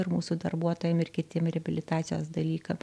ir mūsų darbuotojam ir kitiem reabilitacijos dalykam